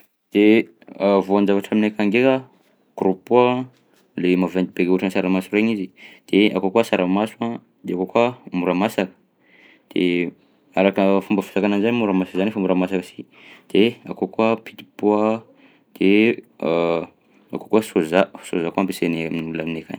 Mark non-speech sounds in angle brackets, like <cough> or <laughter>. De <hesitation> voan-javatra aminay akagny ndraika grô pois le maventy be ohatran'ny saramaso regny izy, de akao koa saramaso a, de akao koa moramasaka, de araka fomba fizaka ananjy zay moramasaka zany efa mora masaka si, de akao koa pit pois, de <hesitation> akao koa foja, soja koa ampiasainay amin'olona aminay akagny.